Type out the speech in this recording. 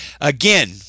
Again